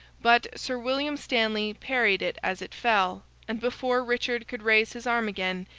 but, sir william stanley parried it as it fell, and before richard could raise his arm again,